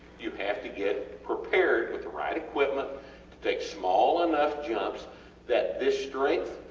you have to get prepared with the right equipment to take small enough jumps that this strength